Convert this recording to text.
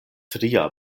tria